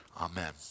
Amen